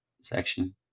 section